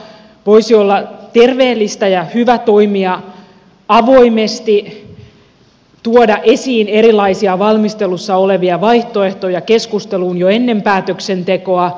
voisi olla terveellistä ja hyvä toimia avoimesti tuoda esiin erilaisia valmistelussa olevia vaihtoehtoja keskusteluun jo ennen päätöksentekoa